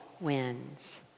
wins